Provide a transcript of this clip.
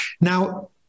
Now